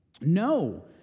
No